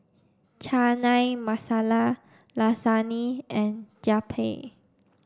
Chana Masala Lasagne and Japchae